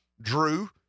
Drew